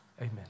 Amen